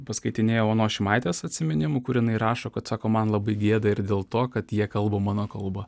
paskaitinėjau onos šimaitės atsiminimų kur jinai rašo kad sako man labai gėda ir dėl to kad jie kalba mano kalba